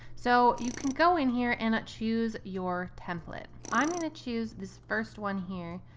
so you can go in here and choose your template. i'm going to choose this first one here.